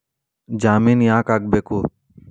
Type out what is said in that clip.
ಜಾಮಿನ್ ಯಾಕ್ ಆಗ್ಬೇಕು?